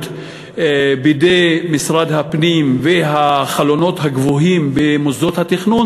בידי משרד הפנים והחלונות הגבוהים במוסדות התכנון,